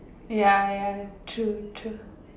ya ya true true